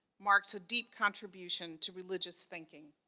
marks a deep contribution to religious thinking.